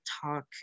talk